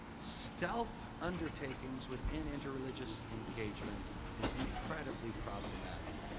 stealth undertakings within interreligious engagement is incredibly problematic.